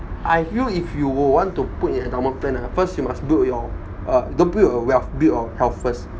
I feel if you were to want to put in endowment plan ah first you must build your um don't build your wealth build your health first